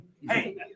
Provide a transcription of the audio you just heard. Hey